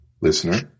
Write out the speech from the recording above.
listener